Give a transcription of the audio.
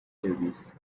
davies